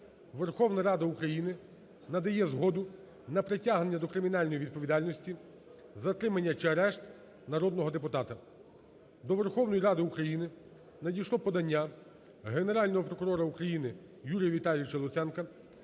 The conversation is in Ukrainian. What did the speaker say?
Верховної Ради України надає згоду на притягнення до кримінальної відповідальності, затримання чи арешт народного депутата. До Верховної Ради України надійшло подання Генерального прокурора України Юрія Віталійовича Луценка